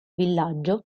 villaggio